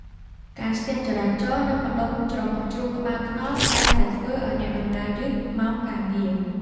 ការស្ទះចរាចរណ៍នៅម្ដុំច្រមុះជ្រូកក្បាលថ្នល់តែងតែធ្វើឱ្យអ្នកធ្វើដំណើរយឺតម៉ោងការងារ។